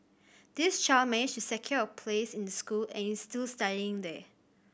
this child managed to secure a place in the school and is still studying there